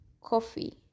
coffee